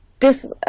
this